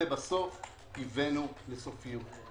ובסוף הגענו לסופיות.